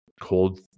cold